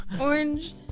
orange